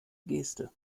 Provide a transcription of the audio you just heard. geste